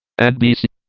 nbc.